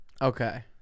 Okay